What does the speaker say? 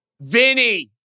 Vinny